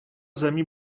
zemí